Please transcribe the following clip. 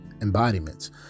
embodiments